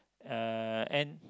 uh and